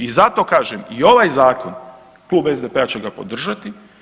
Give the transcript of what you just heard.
I zato kažem i ovaj zakon klub SDP-a će ga podržati.